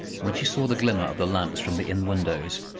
when she saw the glimmer of the lamps from the inn-windows,